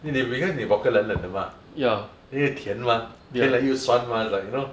then 你 because 你 vodka 冷冷的 mah then 又甜 mah 甜了又酸 mah it's like you know